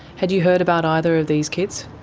had you heard about either of these kids?